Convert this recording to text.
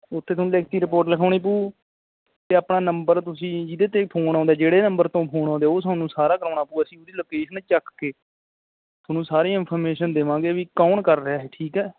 ਉੱਥੇ ਤੁਹਾਨੂੰ ਲਿਖਤੀ ਰਿਪੋਰਟ ਲਿਖਾਉਣੀ ਪਊ ਅਤੇ ਆਪਣਾ ਨੰਬਰ ਤੁਸੀਂ ਜੀਹਦੇ 'ਤੇ ਫੋਨ ਆਉਂਦੇ ਜਿਹੜੇ ਨੰਬਰ ਤੋਂ ਫੋਨ ਅਉਂਦੇ ਉਹ ਸਾਨੂੰ ਸਾਰਾ ਕਰਾਉਣਾ ਪਊ ਅਸੀਂ ਉਹਦੀ ਲੋਕੇਸ਼ਨ ਚੱਕ ਕੇ ਤੁਹਾਨੂੰ ਸਾਰੀ ਇਨਫੋਰਮੇਸ਼ਨ ਦੇਵਾਂਗੇ ਵਈ ਕੌਣ ਕਰ ਰਿਹਾ ਇਹ ਠੀਕ ਹੈ